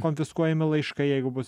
konfiskuojami laiškai jeigu bus